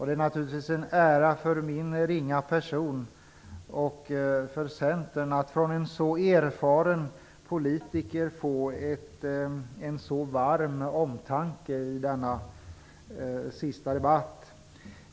Det är naturligtvis en ära för min ringa person och för Centern att från en så erfaren politiker få en så varm omtanke i denna sista debatt.